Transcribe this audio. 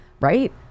right